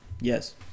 Yes